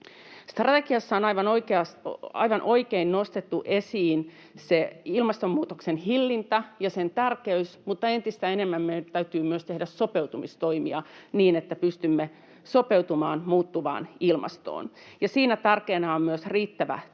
Strategiassa on aivan oikein nostettu esiin ilmastonmuutoksen hillintä ja sen tärkeys, mutta entistä enemmän meidän täytyy myös tehdä sopeutumistoimia, niin että pystymme sopeutumaan muuttuvaan ilmastoon, ja siinä tärkeänä on myös riittävä tietopohja